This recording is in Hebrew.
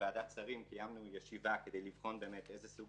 לוועדת שרים קיימנו ישיבה כדי לבחון באמת איזה סוג